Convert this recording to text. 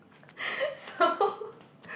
so